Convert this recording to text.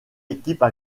équipes